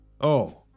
Oh